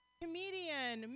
comedian